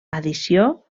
addició